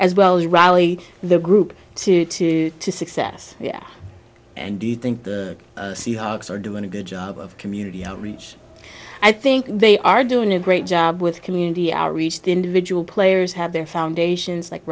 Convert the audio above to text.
as well as rally the group to to to success and to think the seahawks are doing a good job of community outreach i think they are doing a great job with community outreach the individual players have their foundations like